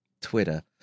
Twitter